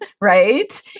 right